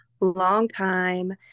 longtime